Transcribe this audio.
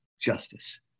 justice